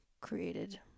created